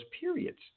periods